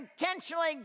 intentionally